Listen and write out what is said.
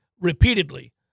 repeatedly